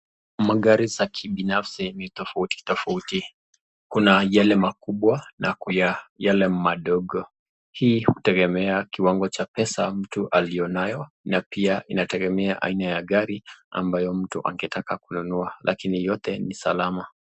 Magari ya kibinafsi ni tofauti tofauti, kuna yale makubwa na kuna yale madogo. Hii hutegemea kiwango cha pesa mtu aliyo nayo na pia inategemea aina ya gari ambayo mtu angetaka kununua, lakini yote ni salama.